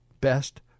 best